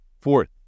fourth